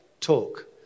talk